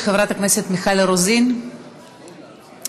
חברת הכנסת מיכל רוזין, מוותרת.